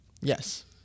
Yes